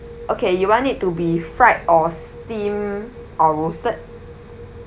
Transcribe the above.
okay you want it to be fried or steamed or roasted